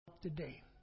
today